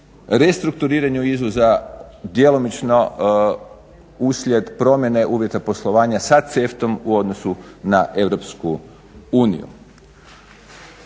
restrukturiranje izvoza djelomično uslijed promjene uvjeta poslovanja sa CAEFTA-om u odnosu na EU.